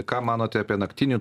ką manote apie naktinių